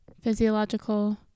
physiological